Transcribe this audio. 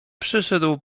przyszedł